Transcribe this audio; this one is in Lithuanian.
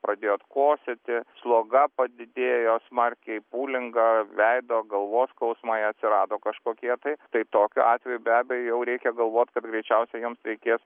pradėjot kosėti sloga padidėjo smarkiai pūlinga veido galvos skausmai atsirado kažkokie tai tai tokiu atveju be abejo jau reikia galvot kad greičiausiai jums reikės